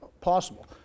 possible